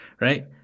right